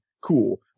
cool